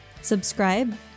Subscribe